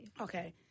Okay